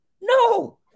No